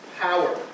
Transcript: power